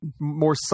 more